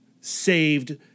saved